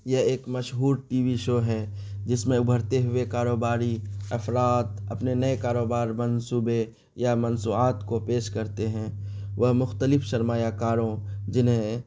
یہ ایک مشہور ٹی وی شو ہے جس میں ابھرتے ہوئے کاروباری افراد اپنے نئے کاروبار منصوبے یا مصنوعات کو پیش کرتے ہیں وہ مختلف سرمایہ کاروں جنہیں